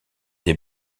des